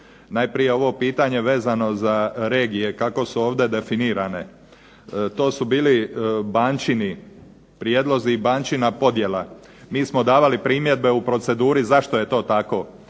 Najprije ovo pitanje vezano za regije, kako su ovdje definirane. To su bili bančini prijedlozi i bančina podjela. Mi smo davali primjedbe u proceduri zašto je tako.